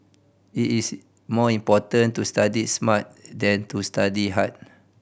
it is more important to study smart than to study hard